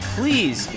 please